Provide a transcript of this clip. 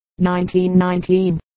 1919